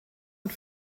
und